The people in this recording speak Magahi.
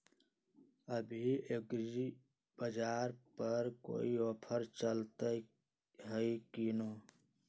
अभी एग्रीबाजार पर कोई ऑफर चलतई हई की न?